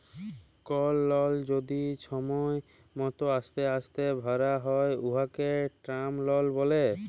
call লল যদি ছময় মত অস্তে অস্তে ভ্যরা হ্যয় উয়াকে টার্ম লল ব্যলে